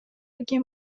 ким